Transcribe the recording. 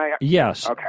Yes